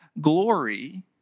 glory